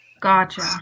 Gotcha